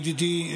ידידי,